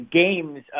games